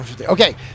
Okay